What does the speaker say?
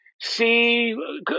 see